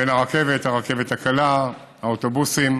בין הרכבת, הרכבת הקלה, האוטובוסים,